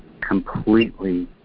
completely